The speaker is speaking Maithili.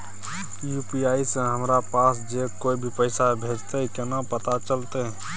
यु.पी.आई से हमरा पास जे कोय भी पैसा भेजतय केना पता चलते?